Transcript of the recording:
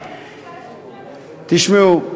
תשמעו,